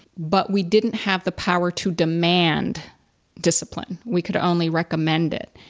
but we didn't have the power to demand discipline, we could only recommend it.